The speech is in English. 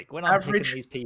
Average